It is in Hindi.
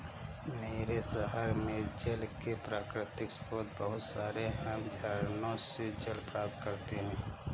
मेरे शहर में जल के प्राकृतिक स्रोत बहुत सारे हैं हम झरनों से जल प्राप्त करते हैं